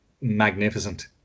magnificent